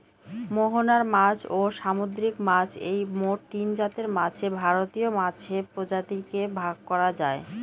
মোহনার মাছ, ও সামুদ্রিক মাছ এই মোট তিনজাতের মাছে ভারতীয় মাছের প্রজাতিকে ভাগ করা যায়